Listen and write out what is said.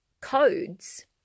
codes